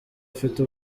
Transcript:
ufite